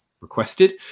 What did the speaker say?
requested